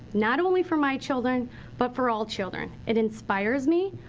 not only for my children but for all children. it inspires me,